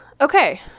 Okay